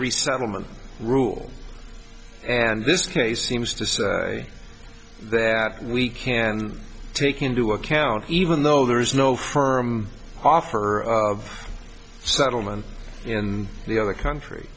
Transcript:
resettlement rule and this case seems to say that we can take into account even though there is no firm offer of settlement in the other country